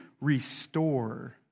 restore